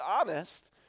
honest